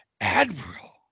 Admiral